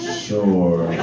sure